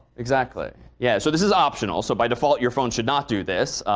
exactly. yeah. so this is optional. so by default your phone should not do this,